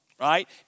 right